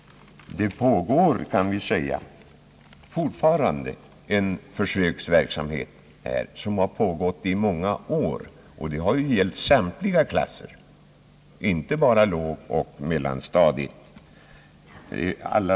Det bedrivs här fortfarande en försöksverksamhet som har pågått i många år, och den gäller samtliga klasser, inte bara lågoch mellanstadiet.